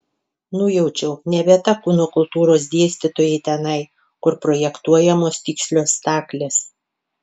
nujaučiau ne vieta kūno kultūros dėstytojai tenai kur projektuojamos tikslios staklės